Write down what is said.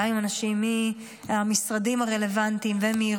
אני אמורה להיפגש גם עם אנשים מהמשרדים הרלוונטיים ומארגונים